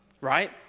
right